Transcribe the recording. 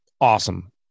awesome